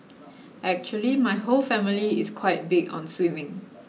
actually my whole family is quite big on swimming